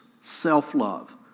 self-love